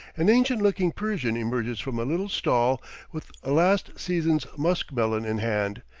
an ancient-looking persian emerges from a little stall with a last season's muskmelon in hand,